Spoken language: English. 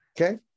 Okay